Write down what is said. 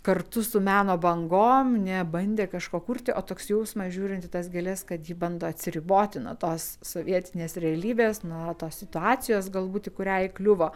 kartu su meno bangom nebandė kažko kurti o toks jausmas žiūrint į tas gėles kad ji bando atsiriboti nuo tos sovietinės realybės nuo tos situacijos galbūt į kurią įkliuvo